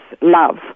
love